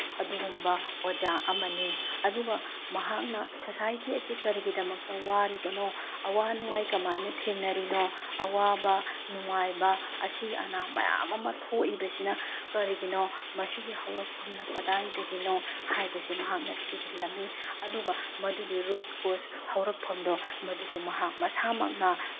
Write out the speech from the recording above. ꯑꯗꯨꯒꯨꯝꯕ ꯑꯣꯖꯥ ꯑꯃꯅꯤ ꯑꯗꯨꯒ ꯃꯍꯥꯛꯅ ꯁꯣꯁꯥꯏꯇꯤ ꯑꯁꯤ ꯀꯔꯤꯒꯤꯗꯃꯛꯇ ꯋꯥꯔꯤꯕꯅꯣ ꯑꯋꯥ ꯅꯨꯡꯉꯥꯏ ꯀꯃꯥꯏꯅ ꯊꯦꯡꯅꯔꯤꯅꯣ ꯑꯋꯥꯕ ꯅꯨꯡꯉꯥꯏꯕ ꯑꯁꯤ ꯑꯅꯥ ꯃꯌꯥꯝ ꯑꯃ ꯊꯣꯛꯏꯕꯁꯤꯅ ꯀꯔꯤꯒꯤꯅꯣ ꯃꯁꯤꯒꯤ ꯍꯧꯔꯛꯐꯝꯅ ꯀꯗꯥꯏꯗꯒꯤꯅꯣ ꯍꯥꯏꯕꯁꯤ ꯃꯍꯥꯛꯅ ꯊꯤꯖꯤꯜꯂꯝꯃꯤ ꯑꯗꯨꯒ ꯃꯗꯨꯒꯤ ꯔꯨꯠ ꯀꯣꯁ ꯍꯧꯔꯛꯐꯝꯗꯣ ꯃꯗꯨꯁꯨ ꯃꯍꯥꯛ ꯃꯁꯥꯃꯛꯅ